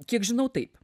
kiek žinau taip